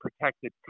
protected